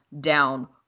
down